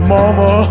Mama